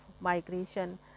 migration